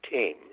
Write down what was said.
team